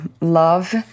love